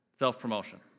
self-promotion